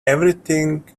everything